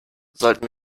sollten